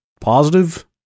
positive